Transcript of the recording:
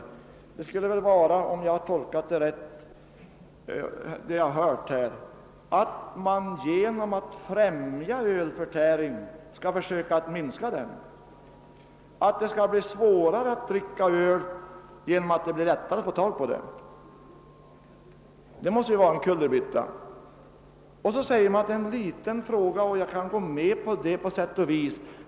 Slutsatsen skulle väl vara, om jag rätt tolkat det som jag nu fått höra, att man genom att främja ölförtäring skall försöka att minska den och att det skall bli svårare att dricka öl genom att det skall bli lättare att få tag på öl. Det måste vara en logisk kullerbytta. Vidare säger man att detta är en liten fråga, och jag kan på sätt och vis hålla med om det.